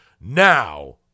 Now